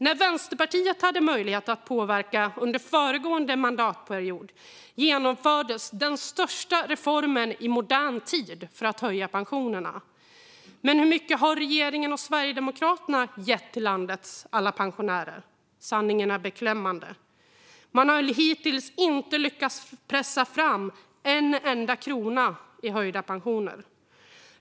När Vänsterpartiet hade möjlighet att påverka under föregående mandatperiod genomfördes den största reformen i modern tid för att höja pensionerna. Men hur mycket har regeringen och Sverigedemokraterna gett landets alla pensionärer? Sanningen är beklämmande. Man har hittills inte lyckats pressa fram en enda krona i höjda pensioner.